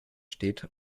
steht